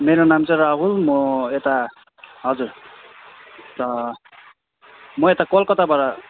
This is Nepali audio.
मेरो नाम चाहिँ राहुल म यता हजुर म यता कलकत्ताबाट आउँदैछु